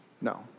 no